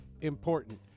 important